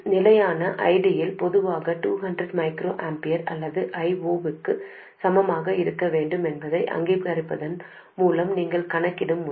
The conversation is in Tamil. நிலையான ஐடியில் பொதுவாக 200 μA அல்லது I0 க்கு சமமாக இருக்க வேண்டும் என்பதை அங்கீகரிப்பதன் மூலம் நீங்கள் கணக்கிடும் முறை